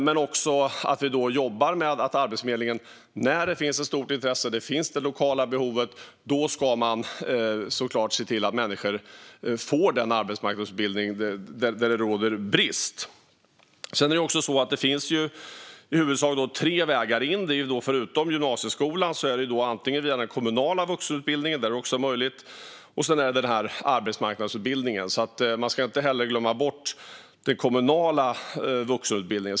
Vi måste också jobba med att Arbetsförmedlingen, när det finns ett stort intresse och ett lokalt behov, ser till att människor får arbetsmarknadsutbildning till yrken där det råder brist. Det finns i huvudsak tre vägar in. Förutom gymnasieskolan är det också möjligt via antingen den kommunala vuxenutbildningen eller arbetsmarknadsutbildningen. Man ska alltså inte glömma bort den kommunala vuxenutbildningen.